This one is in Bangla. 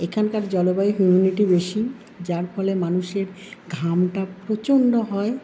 এখানকার জলবায়ুর হিউমিডিটি বেশি যার ফলে মানুষের ঘামটা প্রচণ্ড হয়